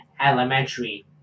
elementary